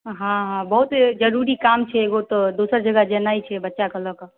हँ हँ बहुत जरूरी काम छै एगो तऽ दोसर जगह जेनाइ छै बच्चाकेँ लऽ कऽ